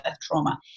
trauma